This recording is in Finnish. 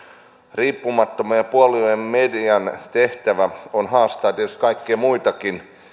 riippumattoman ja puolueettoman median tehtävä on haastaa tietysti kaikkia muitakin